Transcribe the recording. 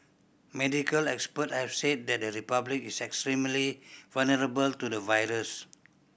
medical expert have said that the Republic is extremely vulnerable to the virus